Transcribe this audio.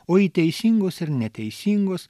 o į teisingus ir neteisingus